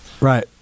Right